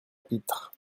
pitre